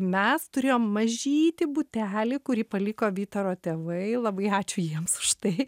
mes turėjom mažytį butelį kurį paliko vytaro tėvai labai ačiū jiems už tai